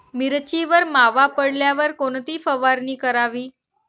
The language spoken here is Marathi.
मिरचीवर मावा पडल्यावर कोणती फवारणी करावी?